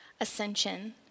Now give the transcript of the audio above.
Ascension